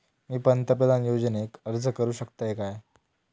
मी पंतप्रधान योजनेक अर्ज करू शकतय काय?